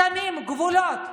שמים גבולות.